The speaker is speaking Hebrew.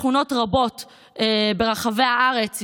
שכונות רבות ברחבי הארץ,